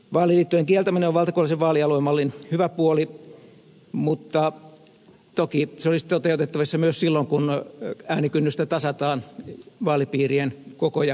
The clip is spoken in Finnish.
vaaliliittojen kieltäminen on valtakunnallisen vaalialuemallin hyvä puoli mutta toki se olisi toteutettavissa myös silloin kun äänikynnystä tasataan vaalipiirien kokoja tarkistamalla